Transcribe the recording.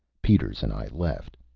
peters and i left.